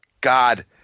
God